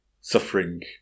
suffering